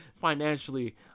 financially